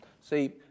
See